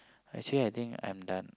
actually I think I'm done